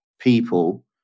people